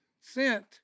sent